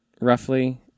Roughly